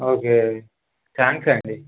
okay thanks అండి